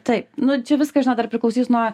taip nu čia viskas žinot dar priklausys nuo